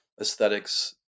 aesthetics